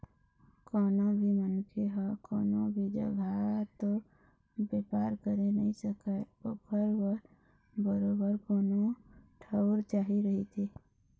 कोनो भी मनखे ह कोनो भी जघा तो बेपार करे नइ सकय ओखर बर बरोबर कोनो ठउर चाही रहिथे